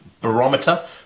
barometer